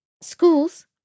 schools